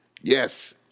Yes